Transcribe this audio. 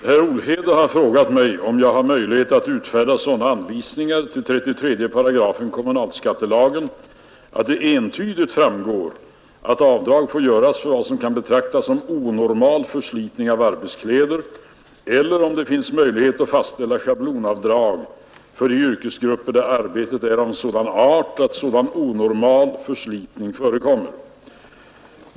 Herr talman! Herr Olhede har frågat mig om jag har möjlighet att utfärda sådana anvisningar till 33 §& kommunalskattelagen att det entydigt framgår. att avdrag får göras för vad som kan betraktas som onormal förslitning av arbetskläder, eller om det finns möjlighet att fastställa schablonavdrag för de yrkesgrupper där arbetet är av sådan art att sådan onormal förslitning förekommer.